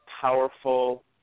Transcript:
powerful